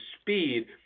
speed